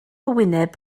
wyneb